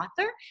author